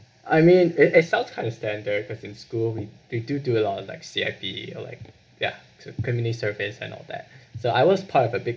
I mean it it sounds kind of standard because in school we they do do a lot of like C_I_P or like ya to community service and all that so I was part of a big